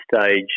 stage